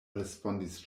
respondis